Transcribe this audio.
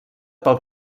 pel